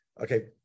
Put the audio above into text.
Okay